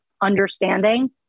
understanding